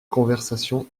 conversation